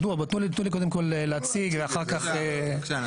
זה אחת.